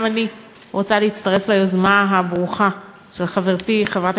גם אני רוצה להצטרף ליוזמה הברוכה של חברתי חברת